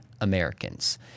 Americans